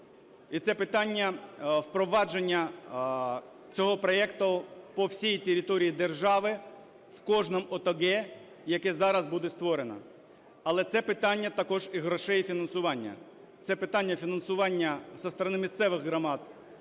І це питання впровадження цього проекту по всій території держави, в кожному ОТГ, яке зараз буде створене. Але це питання також і грошей, і фінансування. Це питання фінансування зі сторони місцевих громад